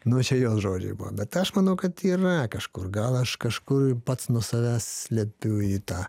nu čia jos žodžiai buvo bet aš manau kad yra kažkur gal aš kažkur pats nuo savęs slepiu į tą